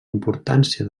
importància